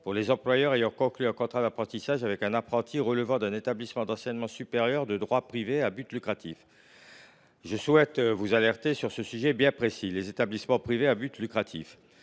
pour les employeurs ayant conclu un contrat d’apprentissage avec un apprenti relevant d’un établissement d’enseignement supérieur de droit privé à but lucratif. Mes chers collègues, je souhaite vous alerter sur ce sujet bien précis des établissements privés à but lucratif.